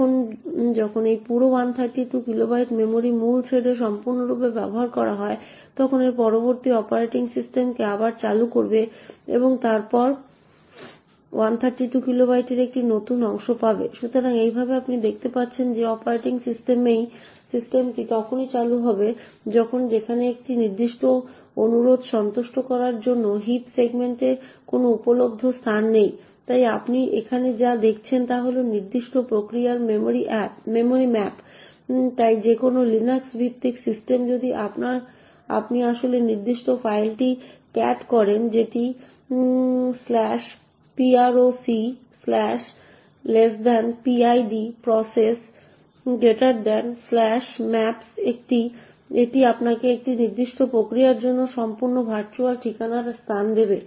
এখন যখন এই পুরো 132 কিলোবাইট মেমরিটি মূল থ্রেড দ্বারা সম্পূর্ণরূপে ব্যবহার করা হয় তখন একটি পরবর্তী malloc অপারেটিং সিস্টেমকে আবার চালু করবে এবং তারপরে 132 কিলোবাইটের একটি নতুন অংশ পাবে সুতরাং এইভাবে আপনি দেখতে পাচ্ছেন যে অপারেটিং সিস্টেমটি তখনই চালু হবে যখন সেখানে একটি নির্দিষ্ট অনুরোধ সন্তুষ্ট করার জন্য হিপ সেগমেন্টে কোন উপলব্ধ স্থান নেই তাই আপনি এখানে যা দেখছেন তা হল নির্দিষ্ট প্রক্রিয়ার মেমরি ম্যাপ তাই যে কোনও লিনাক্স ভিত্তিক সিস্টেম যদি আপনি আসলে এই নির্দিষ্ট ফাইলটি ক্যাট করেন যেটি procPID processmaps এটি আপনাকে সেই নির্দিষ্ট প্রক্রিয়ার জন্য সম্পূর্ণ ভার্চুয়াল ঠিকানার স্থান দেবে